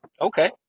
Okay